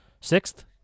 Sixth